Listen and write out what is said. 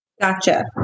Gotcha